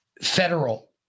federal